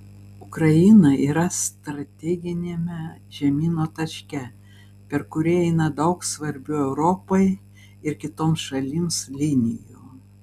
ukraina yra strateginiame žemyno taške per kurį eina daug svarbių europai ir kitoms šalims linijų